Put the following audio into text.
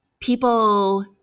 people